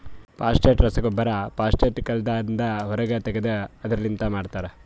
phosphate ರಸಗೊಬ್ಬರ phosphate ಕಲ್ಲದಾಂದ ಹೊರಗ್ ತೆಗೆದು ಅದುರ್ ಲಿಂತ ಮಾಡ್ತರ